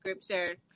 scripture